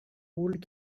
old